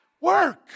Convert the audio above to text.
work